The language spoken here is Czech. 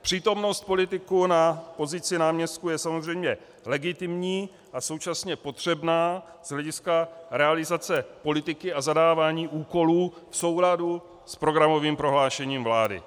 Přítomnost politiků na pozici náměstků je samozřejmě legitimní a současně potřebná z hlediska realizace politiky a zadávání úkolů v souladu s programovým prohlášením vlády.